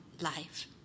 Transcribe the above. life